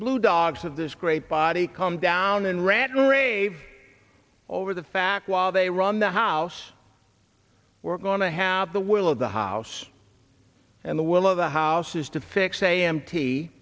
blue dogs of this great body come down and rant and rave over the fact while they run the house we're going to have the will of the house and the will of the house is to six a